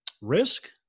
risk